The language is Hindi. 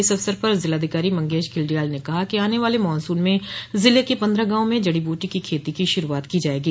इस अवसर पर जिलाधिकारी मंगेश घिल्डियाल ने कहा कि आने वाले मानसून में जिले के पन्द्रह गावों में जडी बूटी की खेती की शुरूआत की जाएगी